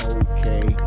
okay